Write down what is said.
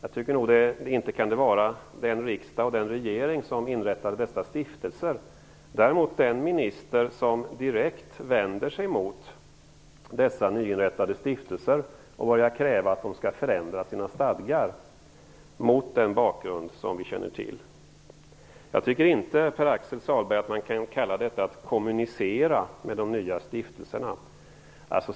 Inte kan det väl vara den riksdag och den regering som inrättade dessa stiftelser, däremot den minister som direkt vänder sig emot dessa nyinrättade stiftelser och börjar kräva att de skall förändra sina stadgar mot den bakgrund som vi känner till. Jag tycker inte, Pär-Axel Sahlberg, att man här kan tala om kommunikation med de nya stiftelserna.